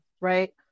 right